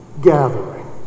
gathering